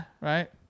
Right